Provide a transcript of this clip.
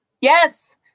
Yes